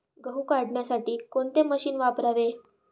गहू काढण्यासाठी कोणते मशीन वापरावे?